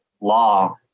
law